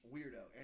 Weirdo